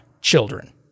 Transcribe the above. children